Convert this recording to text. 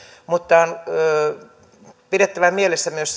mutta on toivottava myös